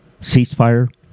ceasefire